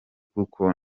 kuko